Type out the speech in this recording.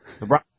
LeBron